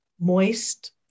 moist